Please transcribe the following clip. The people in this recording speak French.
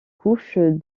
couche